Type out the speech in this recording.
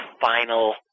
final